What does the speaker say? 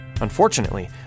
Unfortunately